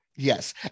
Yes